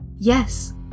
Yes